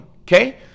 okay